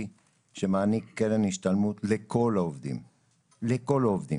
שמעניק קרן השתלמות לכל העובדים - ישראלים,